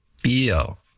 feel